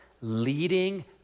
leading